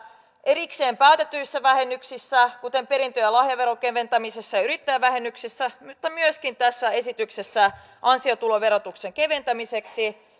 erikseen päätetyissä vähennyksissä kuten perintö ja lahjaveron keventämisessä ja yrittäjävähennyksessä että myöskin tässä esityksessä ansiotuloverotuksen keventämiseksi